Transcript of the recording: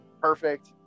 Perfect